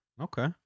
okay